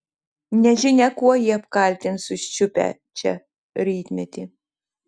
nežinia kuo jį apkaltins užčiupę čia rytmetį